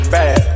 Bad